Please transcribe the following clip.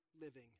Living